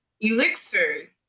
elixir